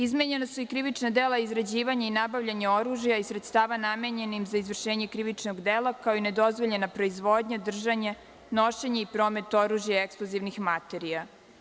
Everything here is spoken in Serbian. Izmenjena su i krivična dela izrađivanje i nabavljanje oružja iz sredstava namenjenim za izvršenje krivičnog dela, kao i nedozvoljena proizvodnja, držanje, nošenje i promet oružja i eksplozivnih materija.